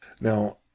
Now